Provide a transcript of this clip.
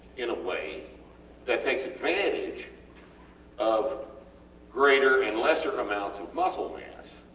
in a way that takes advantage of greater and lesser amounts of muscle mass